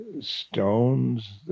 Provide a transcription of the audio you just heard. stones